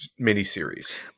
miniseries